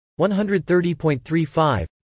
130.35